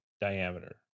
diameter